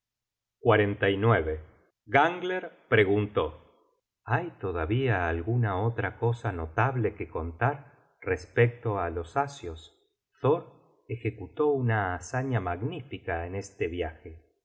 nado hácia el continente gangler preguntó hay todavía alguna otra cosa notable que contar respecto á los asios thor ejecutó una hazaña magnífica en este viaje